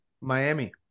miami